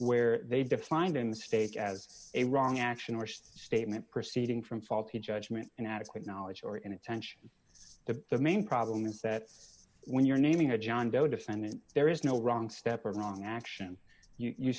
where they defined in the state as a wrong action or statement proceeding from faulty judgment inadequate knowledge or inattention of the main problem is that's when you're naming a john doe defendant there is no wrong step or wrong action you